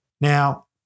Now